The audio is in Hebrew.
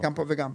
גם פה וגם פה.